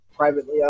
privately